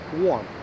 warm